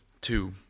two